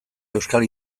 euskal